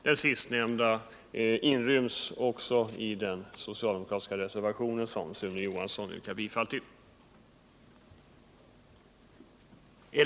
Den sistnämnda motionens förslag inryms också i den socialdemokratiska reservation som Sune Johansson yrkar bifall till.